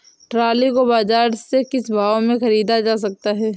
Trolley को बाजार से किस भाव में ख़रीदा जा सकता है?